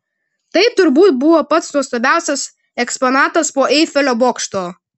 tai turbūt buvo pats nuostabiausias eksponatas po eifelio bokšto